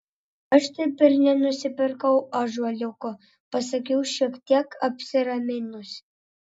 aš taip ir nenusipirkau ąžuoliuko pasakiau šiek tiek apsiraminusi